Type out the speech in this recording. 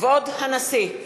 כבוד הנשיא!